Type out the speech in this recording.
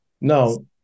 Now